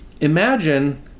imagine